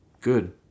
good